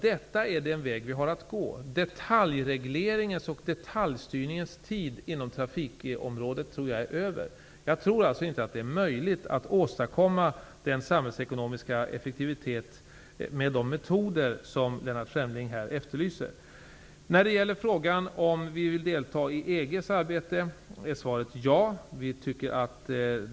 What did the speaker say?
Detta är den väg som vi har att gå. Detaljregleringens och detaljstyrningens tid inom trafikområdet är över. Jag tror inte att det är möjligt att åstadkomma en samhällsekonomiska effektivitet med de metoder som Lennart Fremling efterlyser. Svaret är ja, när det gäller om regeringen vill medverka i EG:s arbete.